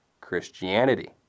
Christianity